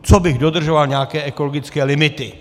Co bych dodržoval nějaké ekologické limity?